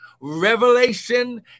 revelation